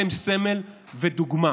אתם סמל ודוגמה